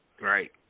Right